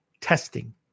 testing